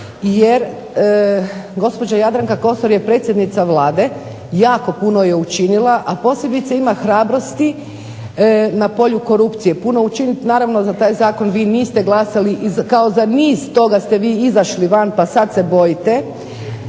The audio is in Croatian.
jer gospođa Jadranka Kosor je predsjednica Vlade, jako puno je učinila, a posebice ima hrabrosti na polju korupcije puno učiniti, naravno za taj zakon vi niste glasali, kao za niz toga ste vi izašli van, pa sad se bojite.